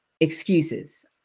excuses